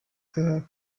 the